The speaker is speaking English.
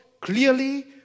clearly